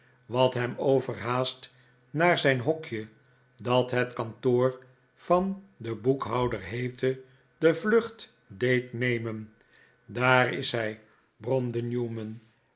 wat hem overhaast naar zijn hokje dat het kantoor van den boekhouder heette de vlucht deed nemen daar is hij bromde newman